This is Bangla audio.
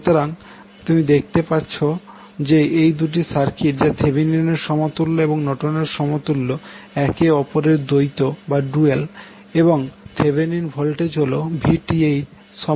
সুতরাং আপনি দেখতে পাচ্ছেন যে এই দুটি সার্কিট যা থেভেনিনের সমতুল্য এবং নর্টনের সমতুল্য একে অপরের দ্বৈত এবং থিভেনিন ভোল্টেজ হল VTℎ ZNIN